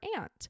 aunt